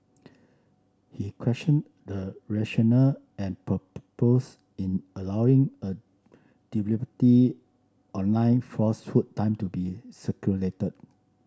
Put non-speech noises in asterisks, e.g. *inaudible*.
he question the rationale and *unintelligible* in allowing a *unintelligible* online falsehood time to be circulated